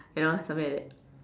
you know something like that